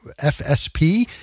FSP